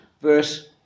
verse